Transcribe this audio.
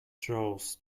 throws